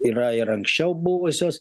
yra ir anksčiau buvusios